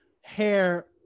Hair